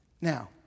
Now